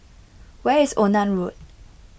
where is Onan Road